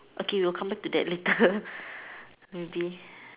okay we'll come back to that later maybe